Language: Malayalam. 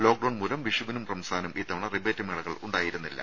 ലോക്ഡൌൺമൂലം വിഷുവിനും റംസാനും ഇത്തവണ റിബേറ്റ് മേളകൾ ഉണ്ടായിരുന്നില്ല